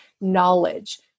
knowledge